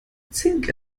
zink